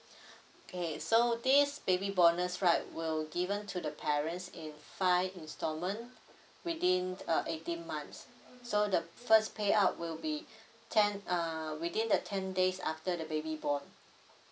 okay so this baby bonus right will given to the parents in five installment within uh eighteen months so the first payout will be ten uh within the ten days after the baby born